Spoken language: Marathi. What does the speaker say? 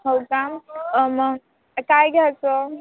हो सांग मग काय घ्यायचं